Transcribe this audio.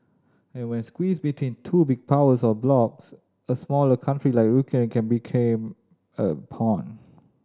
and when squeezed between two big powers or blocs a smaller country like Ukraine can became a pawn